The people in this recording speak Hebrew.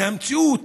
מהמציאות,